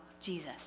Jesus